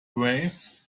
praise